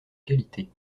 qualité